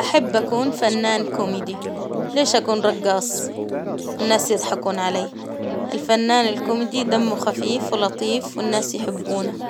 أحب أكون فنان كوميدي، ليش أكون رقاص؟ الناس يضحكون علي، الفنان الكوميدي دمه خفيف ولطيف والناس يحبونه،